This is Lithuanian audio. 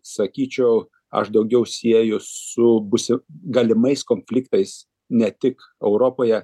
sakyčiau aš daugiau sieju su būsi galimais konfliktais ne tik europoje